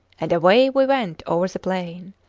and away we went over the plain!